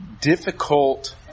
difficult